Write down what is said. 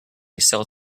cell